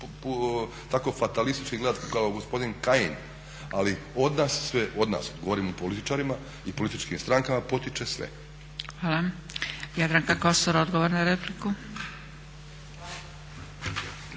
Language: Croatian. tako fatalistički gledati kao gospodin Kajin. Ali od nas sve, govorim o političarima i političkim strankama potiče sve. **Zgrebec, Dragica (SDP)** Jadranka Kosor odgovor na repliku.